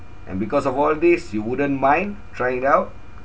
and because of all this you wouldn't mind trying out